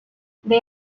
they